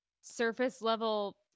surface-level